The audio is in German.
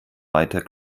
weiter